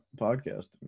podcast